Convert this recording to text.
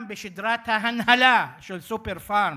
גם בשדרת ההנהלה של "סופר-פארם"